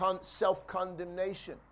self-condemnation